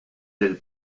del